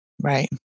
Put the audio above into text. right